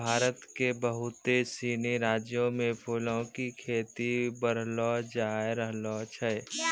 भारत के बहुते सिनी राज्यो मे फूलो के खेती बढ़लो जाय रहलो छै